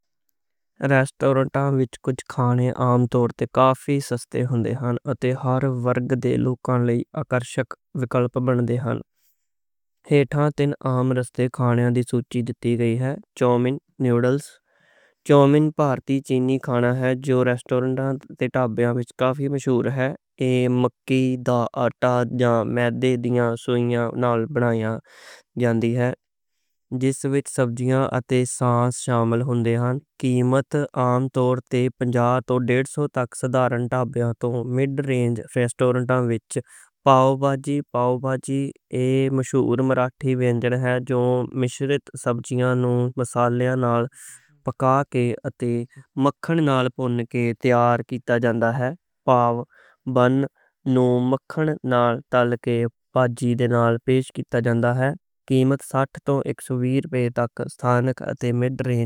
ریسٹورانٹاں وچ کچھ کھانے عام طور تے کافی سستے ہوندے نیں۔ اتے ہر ورگ دے لوکاں لئی آکرشک آپشن ملدے ایہ۔ چاؤ مین نودلز چینی کھانا اے جو ریسٹورانٹاں تے ٹیبلّیاں وچ کافی مشہور اے۔ ایہ مکئی دا آٹا یاں میدے دیاں سوئیاں نال بنایا جاندا اے جس وچ سبزیاں اتے ساس شامل ہوندے نیں۔ قیمت عام طور تے پنج سو توں ڈیڑھ سو تک سادھرن ٹیبلّیاں توں مڈ رینج ریسٹورانٹاں وچ۔ پاو بھاجی پاو بھاجی ایہ مشہور مراٹھی ویجن اے۔ اے جو مشرت سبزیاں نوں مصالحے نال پکا کے اتے مکھن نال پون کے تیار کیتا جاندا اے۔ قیمت سات سو توں اک سو ویہ تک مڈ رینج ریسٹورانٹاں وچ پاو بھاجی۔